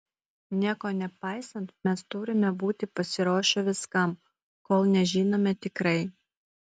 nieko nepaisant mes turime būti pasiruošę viskam kol nežinome tikrai